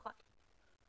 נכון.